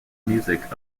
music